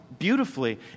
Beautifully